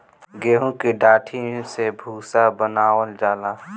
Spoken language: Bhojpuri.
गेंहू की डाठी से भूसा बनावल जाला